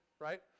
right